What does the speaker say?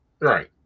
Right